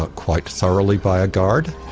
ah quite thoroughly, by a guard.